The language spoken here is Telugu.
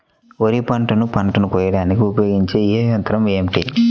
వరిపంటను పంటను కోయడానికి ఉపయోగించే ఏ యంత్రం ఏమిటి?